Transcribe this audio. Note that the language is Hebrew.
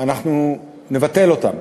שאחריהם נבטל אותן.